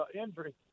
injury